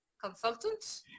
consultant